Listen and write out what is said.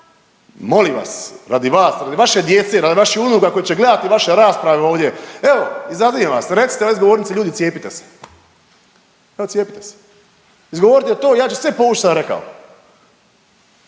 molim vas, radi vas, radi vaše djece, radi vaših unuka koji će gledati vaše rasprave ovdje, evo izazivam vas, recite ovdje sa ove govornice ljudi cijepite se, evo cijepite se. Izgovorite to, ja ću sve povući što sam rekao.